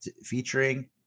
featuring